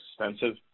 expensive